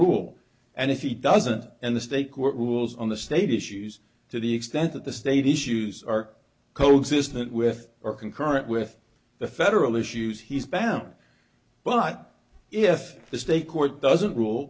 rule and if he doesn't and the state court rules on the state issues to the extent that the state issues are coexistence with or concurrent with the federal issues he's bound but if the state court doesn't rule